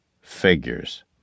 Figures